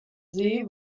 sie